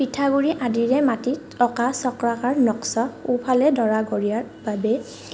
পিঠাগুৰি আদিৰে মাটিত অঁকা চক্ৰাকাৰ নক্স সোঁফালে দৰাঘৰীয়াৰ বাবে